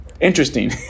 interesting